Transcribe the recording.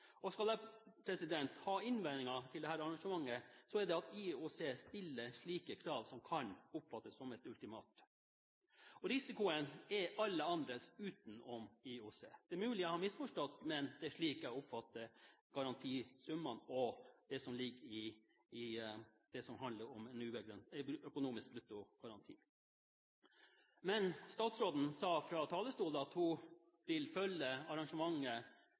ha innvendinger mot dette arrangementet, er det at IOC stiller slike krav som kan oppfattes som et ultimatum. Risikoen er alle andres utenom IOC's. Det er mulig jeg har misforstått, men det er slik jeg oppfatter garantisummene og det som handler om en økonomisk bruttogaranti. Statsråden sa fra talerstolen at hun vil følge arrangementet